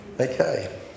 Okay